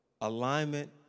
Alignment